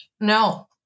No